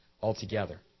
altogether